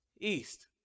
East